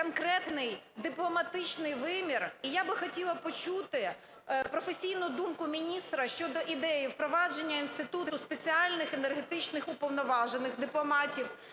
конкретний дипломатичний вимір і я би хотіла почути професійну думку міністра щодо ідеї впровадження інституту спеціальних енергетичних уповноважених дипломатів.